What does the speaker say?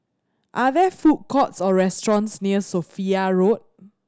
are there food courts or restaurants near Sophia Road